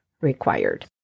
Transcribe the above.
required